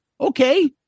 Okay